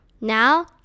Now